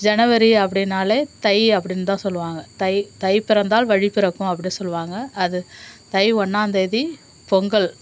ஜனவரி அப்படினாலே தை அப்படின்னு தான் சொல்லுவாங்க தை தை பிறந்தால் வழி பிறக்கும் அப்படி சொல்லுவாங்க அது தை ஒன்றானாம்தேதி பொங்கல்